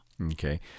Okay